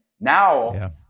Now